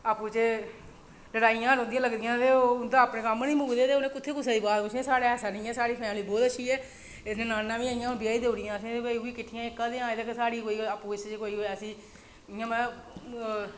आपूं चें लड़ाइयां लगदियां रौंह्दियां ते ओह् उ'नें कम्म निं मुकदे ते कुत्थै उ'नें साढ़ा ऐसा निं ऐ साढ़ी फैमिली बहुत अच्छी ऐ ते ननान्नां बी असें ब्याही देई ओड़ियां कदें साढ़ी आपूं बिचें कदें ऐसी इ'यां मतलब